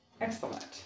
Excellent